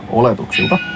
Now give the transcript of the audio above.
oletuksilta